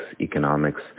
economics